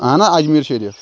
اَہنہٕ اجمیٖر شریٖف